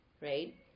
right